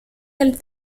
del